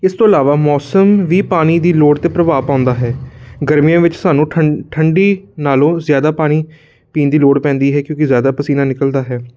ਇਸ ਤੋਂ ਇਲਾਵਾ ਮੌਸਮ ਵੀ ਪਾਣੀ ਦੀ ਲੋੜ 'ਤੇ ਪ੍ਰਭਾਵ ਪਾਉਂਦਾ ਹੈ ਗਰਮੀਆਂ ਵਿੱਚ ਸਾਨੂੰ ਠੰ ਠੰਡੀ ਨਾਲੋਂ ਜ਼ਿਆਦਾ ਪਾਣੀ ਪੀਣ ਦੀ ਲੋੜ ਪੈਂਦੀ ਹੈ ਕਿਉਂਕਿ ਜ਼ਿਆਦਾ ਪਸੀਨਾ ਨਿਕਲਦਾ ਹੈ